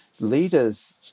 leaders